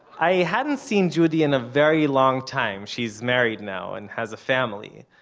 i hadn't seen judy in a very long time, she's married now, and has a family,